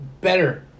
better